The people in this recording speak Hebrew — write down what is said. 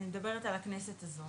אני מדברת על הכנסת הזו